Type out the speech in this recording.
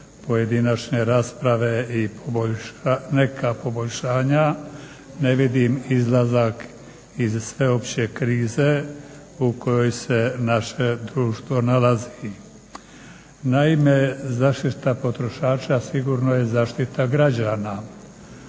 pojedinačne rasprave i neka poboljšanja ne vidim izlazak iz sveopće krize u kojoj se naše društvo nalazi. Naime, zaštita potrošača sigurno je zaštita građana.